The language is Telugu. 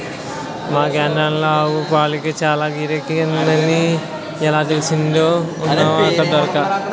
మా కేంద్రంలో ఆవుపాలకి చాల గిరాకీ ఉందని ఎలా తెలిసిందనుకున్నావ్ ఎక్కడా దొరక్క